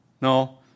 No